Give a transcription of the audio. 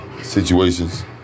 Situations